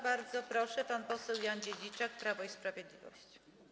Bardzo proszę, pan poseł Jan Dziedziczak, Prawo i Sprawiedliwość.